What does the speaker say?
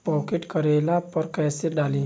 Pocket करेला पर कैसे डाली?